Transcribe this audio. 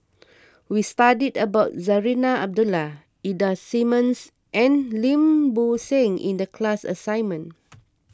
we studied about Zarinah Abdullah Ida Simmons and Lim Bo Seng in the class assignment